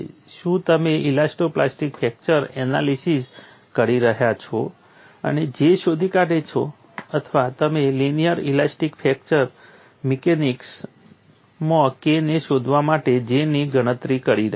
શું તમે elasto plastic fracture analysis કરી રહ્યા છો અને J શોધી કાઢો છો અથવા તમે લિનિયર ઇલાસ્ટિક ફ્રેક્ચર મિકેનિક્સમાં K ને શોધવા માટે J ની ગણતરી કરી રહ્યા છો